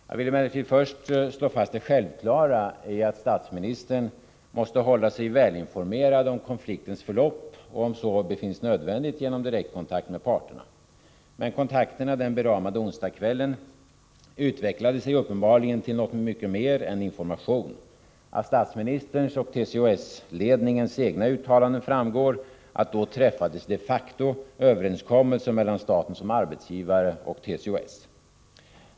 Jag vill emellertid först slå fast det självklara i att statsministern måste hålla sig välinformerad om konfliktens förlopp och — om så befinns nödvändigt — göra detta genom direktkontakt med parterna. Men kontakterna den beramade onsdagskvällen utvecklade sig uppenbarligen till något mycket mer än information. Av statsministerns och TCO-S ledningens egna uttalanden framgår att då träffades de facto överenskommelsen mellan staten som arbetsgivare och TCO-S.